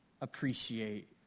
appreciate